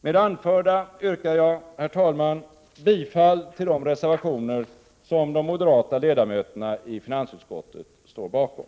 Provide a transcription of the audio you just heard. Med det anförda yrkar jag, herr talman, bifall till de reservationer som de moderata ledamöterna i finansutskottet står bakom.